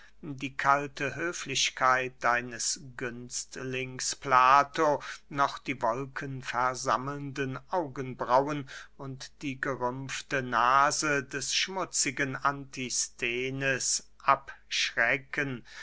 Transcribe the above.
die kalte höflichkeit deines günstlings plato noch die wolkenversammelnden augenbrauen und die gerümpfte nase des schmutzigen antisthenes abschrecken